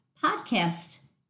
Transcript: podcast